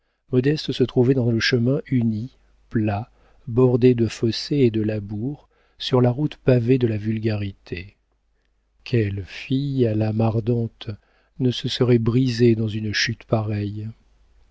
modeste se trouvait dans le chemin uni plat bordé de fossés et de labours sur la route pavée de la vulgarité quelle fille à l'âme ardente ne se serait brisée dans une chute pareille